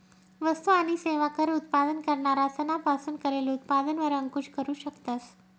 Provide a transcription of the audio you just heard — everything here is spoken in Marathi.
वस्तु आणि सेवा कर उत्पादन करणारा सना पासून करेल उत्पादन वर अंकूश करू शकतस